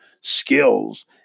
skills